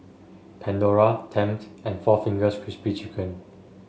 Pandora Tempt and four Fingers Crispy Chicken